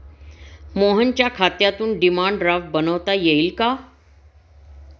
मोहनच्या खात्यातून demand draft बनवता येईल का?